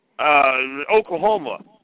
Oklahoma